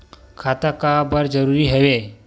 खाता का बर जरूरी हवे?